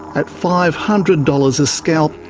at five hundred dollars a scalp,